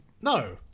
No